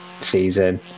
season